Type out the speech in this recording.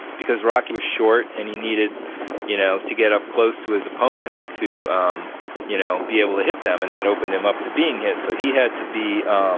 because rocky was short and he needed you know to get up close to his opponents to um you know be able to hit them and that opened him up to being hit, so he had to be